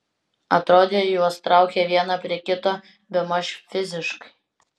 atrodė juos traukia vieną prie kito bemaž fiziškai